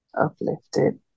uplifted